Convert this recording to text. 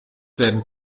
werden